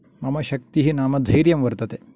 मम शक्तिः नाम धैर्यं वर्तते